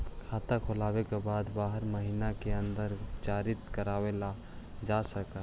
खाता खोले के बाद बारह महिने के अंदर उपचारित करवावल जा है?